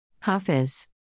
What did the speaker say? Hafiz